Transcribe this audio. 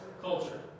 culture